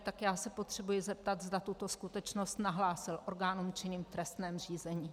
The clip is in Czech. Tak se potřebuji zeptat, zda tuto skutečnost nahlásil orgánům činným v trestním řízení.